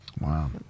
wow